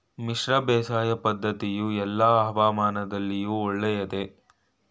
ಮಿಶ್ರ ಬೇಸಾಯ ಪದ್ದತಿಯು ಎಲ್ಲಾ ಹವಾಮಾನದಲ್ಲಿಯೂ ಒಳ್ಳೆಯದೇ?